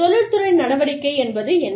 தொழில்துறை நடவடிக்கை என்பது என்ன